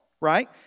Right